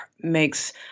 makes